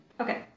Okay